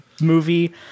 movie